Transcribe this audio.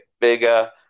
bigger